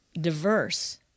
diverse